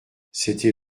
c’était